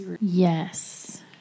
Yes